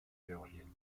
géorgienne